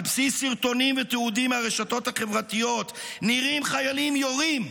על בסיס סרטונים ותיעודים מהרשתות החברתיות נראים חיילים יורים,